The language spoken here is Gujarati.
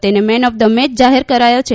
તેને મેન ઓફ ધ મેચ જાહેર કરાયો છે